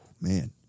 Man